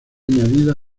añadida